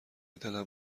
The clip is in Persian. دلم